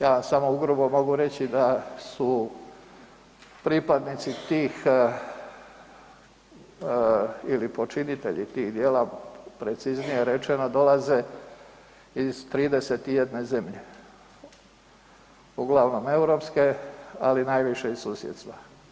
Ja samo ugrubo mogu reći da su pripadnici tih ili počinitelji tih djela preciznije rečeno, dolaze iz 31 zemlje, uglavnom europske ali najviše iz susjedstva.